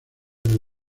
del